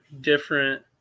different